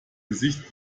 gesicht